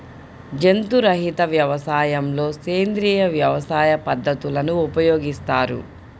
జంతు రహిత వ్యవసాయంలో సేంద్రీయ వ్యవసాయ పద్ధతులను ఉపయోగిస్తారు